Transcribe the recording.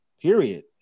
period